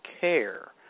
care